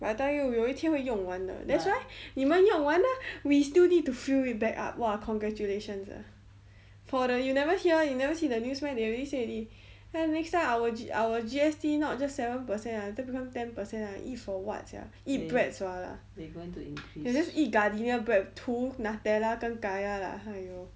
I tell you 有一天会用完的 that's why 你们用完 ah we still need to fill it back up !wah! congratulations ah for the you never hear you never see the news meh they already say already then next time our G~ our G_S_T not just seven percent ah then become ten percent ah eat for what sia eat bread sua lah ya just eat gardenia bread 土 nutella 跟 kaya lah !haiyo!